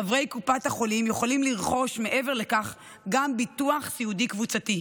חברי קופות החולים יכולים לרכוש מעבר לכך גם ביטוח סיעודי קבוצתי.